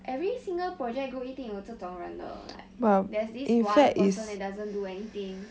every single project group 一定有这种人的 like there's this one person who doesn't do anything